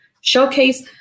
showcase